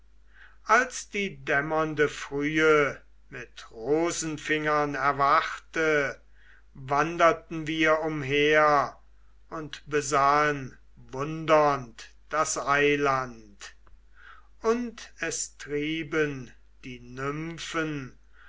als die dämmernde frühe mit rosenfingern erwachte wanderten wir umher und besahen wundernd das eiland und es trieben die nymphen